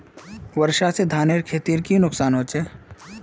वर्षा से धानेर खेतीर की नुकसान होचे?